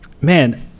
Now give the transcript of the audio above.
man